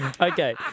Okay